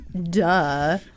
Duh